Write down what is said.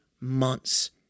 months